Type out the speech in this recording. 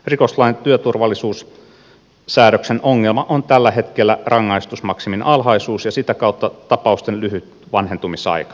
rikoslain työturvallisuussäädöksen ongelma on tällä hetkellä rangaistusmaksimin alhaisuus ja sitä kautta tapausten lyhyt vanhentumisaika